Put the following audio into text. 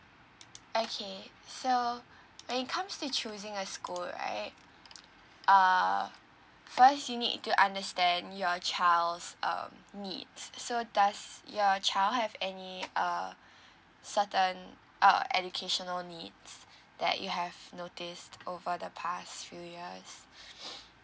okay so when it comes to choosing a school right err first you need to understand your child's um needs so does your child have any uh certain uh educational needs that you have noticed over the past few years